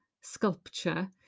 sculpture